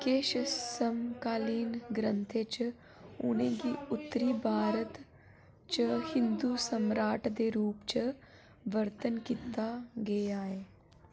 किश समकालीन ग्रंथें च उ'नें गी उत्तरी भारत च हिंदू सम्राट दे रूप च वर्तन कीता गेआ ऐ